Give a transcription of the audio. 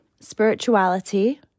spirituality